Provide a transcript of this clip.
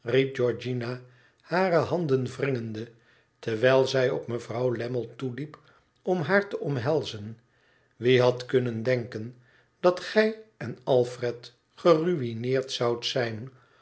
georgiana hare handen wringende terwijl ïij op mevrouw lammie toeliep om haar te omhelzen t wie had kunnen denken dat gij en alfred geruïneerd zoudt zijn